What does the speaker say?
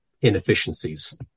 inefficiencies